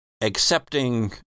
accepting